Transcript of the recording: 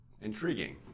Intriguing